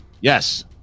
Yes